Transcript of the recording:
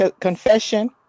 Confession